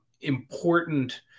important